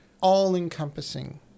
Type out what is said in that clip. all-encompassing